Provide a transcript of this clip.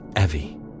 Evie